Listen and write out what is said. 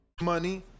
Money